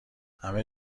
همه